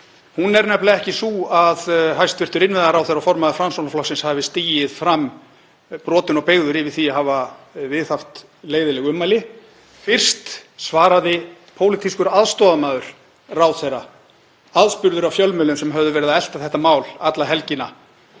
Hún er nefnilega ekki sú að hæstv. innviðaráðherra og formaður Framsóknarflokksins hafi stigið fram brotinn og beygður yfir því að hafa viðhaft leiðinleg ummæli. Fyrst svaraði pólitískur aðstoðarmaður ráðherra, aðspurður af fjölmiðlum sem höfðu verið að elta þetta mál alla helgina,